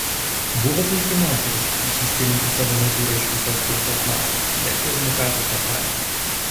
buvo puiki moteris išsiskirianti savo natūra iš visos pilkos masės bet jau nupezo totaliai